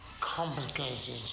complicated